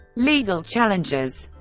legal challenges